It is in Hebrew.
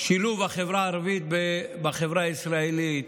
שילוב החברה הערבית בחברה הישראלית